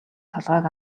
толгойг